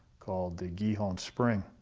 called the gihon spring.